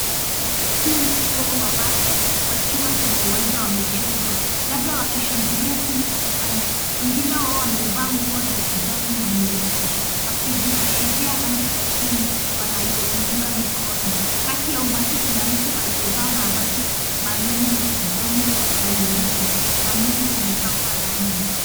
Timu kubwa wa watu wakiwa kwenye uwanja wa michezo, labda wakishangilia timu fulani. Wengine wao wamevaa nguo za kijani na nyeupe, wakiziashiria rangi za timu wanayoiunga mikono. Kati ya umati kuna mtu aliyevaa mavazi maalum ya kijani na nyeupe na mwili umepakwa rangi.